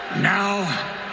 now